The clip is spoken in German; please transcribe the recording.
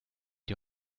die